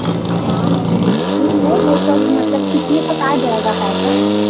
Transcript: हाँ वह ठीक है वो सब मतलब कितने तक आ जाएगा पैसा